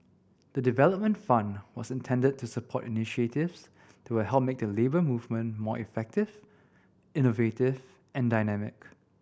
the development fund was intended to support initiatives that will help make the Labour Movement more effective innovative and dynamic